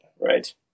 Right